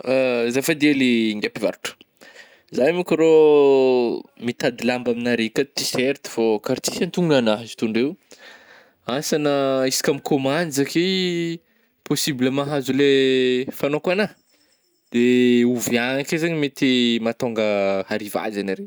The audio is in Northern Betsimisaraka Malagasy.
Azafady hely ngiahy mpivarotra, zah io manko rô ôh, mitady lamba amignare akato, tiserta fô ka raha tsisy antognona agnah izy toy ndreo, ansa na isaka mikomandy za ke possible mahazo le fagnaoko agnà, dee oviàgna akeo zegny mety mahatonga arivazy anare?